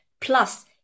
Plus